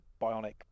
bionic